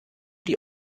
die